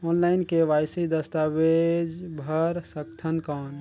Online KYC दस्तावेज भर सकथन कौन?